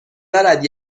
دارد